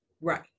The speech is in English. right